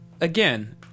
again